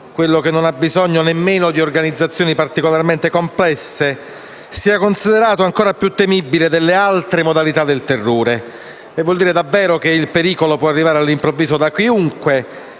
te e che non ha bisogno di organizzazioni particolarmente complesse, sia considerato ancora più temibile delle altre modalità del terrore. Vuol dire davvero che il pericolo può arrivare all'improvviso da chiunque